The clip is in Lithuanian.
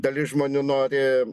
dalis žmonių nori